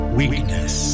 weakness